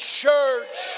church